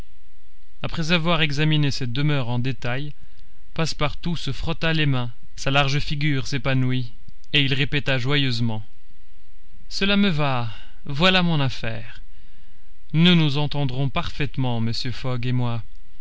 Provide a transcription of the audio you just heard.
après avoir examiné cette demeure en détail passepartout se frotta les mains sa large figure s'épanouit et il répéta joyeusement cela me va voilà mon affaire nous nous entendrons parfaitement mr fogg et moi